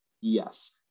yes